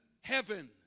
heaven